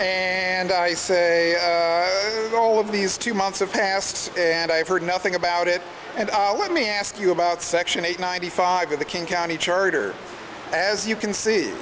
and i say that all of these two months have passed and i've heard nothing about it and i'll let me ask you about section eight ninety five of the king county charter as you can see